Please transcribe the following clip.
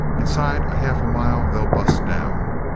inside a half mile they bust down.